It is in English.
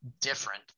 different